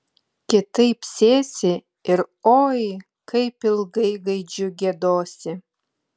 kitaip sėsi ir oi kaip ilgai gaidžiu giedosi